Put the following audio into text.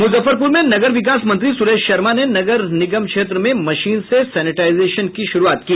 मुजफ्फरपुर में नगर विकास मंत्री सुरेश शर्मा ने नगर निगम क्षेत्र में मशीन से सेंटेजाइजेशन की शुरूआत की